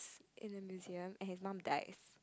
in a museum and his mum dies